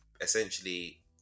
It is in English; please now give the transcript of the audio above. essentially